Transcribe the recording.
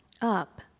up